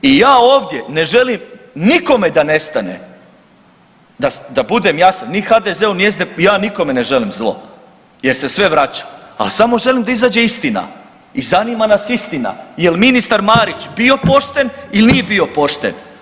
I ja ovdje ne želim nikome da nestane, da budem jasan, ni HDZ-u ni SDP, ja nikome ne želim zlo jer se sve vraća al samo želim da izađe istina i zanima nas istina jel ministar Marić bio pošten ili nije bio pošten.